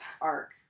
arc